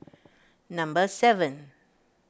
number seven